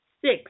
six